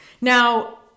Now